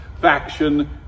faction